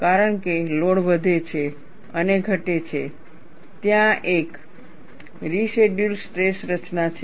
કારણ કે લોડ વધે છે અને ઘટે છે ત્યાં એક અવરેસિડયૂઅલ સ્ટ્રેસ રચના છે